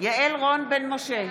יעל רון בן משה,